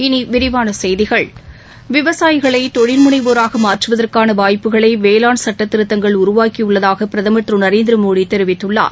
இனி விரிவான செய்திகள் விவசாயிகளை தொழில் முனைவோராக மாற்றுவதற்கான வாய்ப்புகளை வேளாண் சட்டத்திருத்தங்கள் உருவாக்கியுள்ளதாக பிரதமர் திரு நரேந்திரமோடி தெரிவித்துள்ளார்